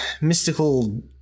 mystical